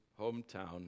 hometown